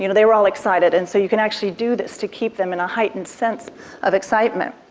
you know they were all excited, and so you can actually do this to keep them in a heightened sense of excitement.